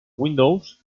windows